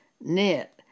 knit